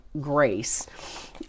grace